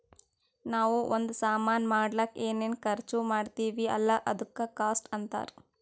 ನಾವೂ ಒಂದ್ ಸಾಮಾನ್ ಮಾಡ್ಲಕ್ ಏನೇನ್ ಖರ್ಚಾ ಮಾಡ್ತಿವಿ ಅಲ್ಲ ಅದುಕ್ಕ ಕಾಸ್ಟ್ ಅಂತಾರ್